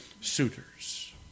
suitors